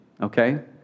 okay